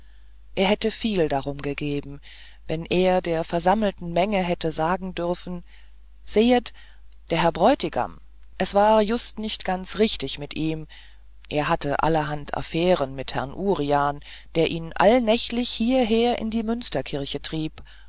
er hätte viel darum gegeben wenn er der versammelten menge hätte sagen dürfen sehet der herr bräutigam es war just nicht ganz recht richtig mit ihm er hatte allerhand affären mit herrn urian der ihn allnächtlich hieher in die münsterkirche trieb